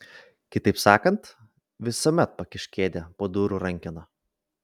kitaip sakant visuomet pakišk kėdę po durų rankena